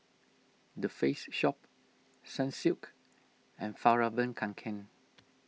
the Face Shop Sunsilk and Fjallraven Kanken